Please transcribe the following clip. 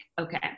okay